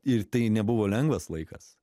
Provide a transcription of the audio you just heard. ir tai nebuvo lengvas laikas